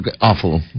awful